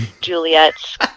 Juliet's